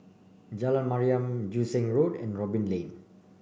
Jalan Mariam Joo Seng Road and Robin Lane